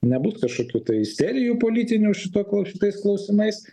nebus kažkokių tai serijų politinių šituo šitais klausimais